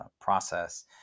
process